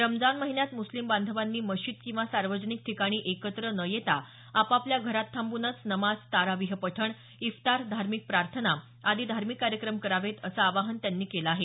रमजान महिन्यात मुस्लिम बांधवांनी मशीद किंवा सार्वजनिक ठिकाणी एकत्र न येता आपापल्या घरात थांबूनच नमाज तरावीह पठण इफ्तार धार्मिक प्रार्थना आदी धार्मिक कार्यक्रम करावेत असं आवाहन त्यांनी केलं आहे